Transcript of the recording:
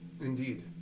Indeed